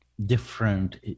different